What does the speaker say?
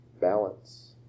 balance